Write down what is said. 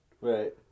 Right